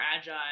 agile